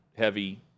heavy